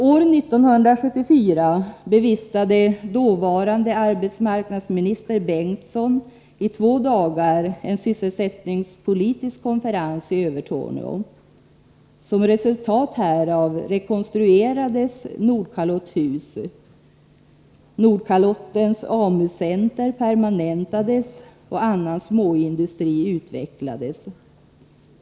År 1974 bevistade dåvarande arbetsmarknadsminister Bengtsson under två dagar en sysselsättningspolitisk konferens i Övertorneå. Som resultat härav rekonstruerades Nordkalotthus, Nordkalottens AMU center permanentades och annan småindustri utvecklades.